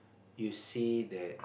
you see that